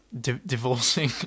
Divorcing